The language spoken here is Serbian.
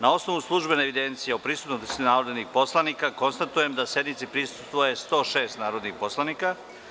Na osnovu službene evidencije o prisutnosti narodnih poslanika, konstatujem da sednici prisustvuje 91 narodni poslanik.